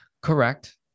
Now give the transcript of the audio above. Correct